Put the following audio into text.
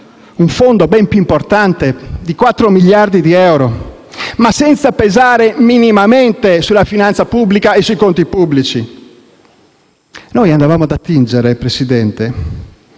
un fondo ben più importante di 4 miliardi di euro, ma senza pesare minimamente sulla finanza pubblica e sui conti pubblici. Presidente, noi andavamo ad attingere a una